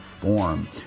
form